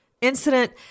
incident